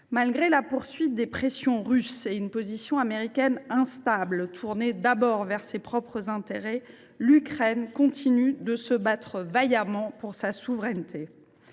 Malgré la poursuite des pressions russes et une position américaine instable, tournée d’abord vers ses propres intérêts, l’Ukraine continue de se battre vaillamment pour sa souveraineté.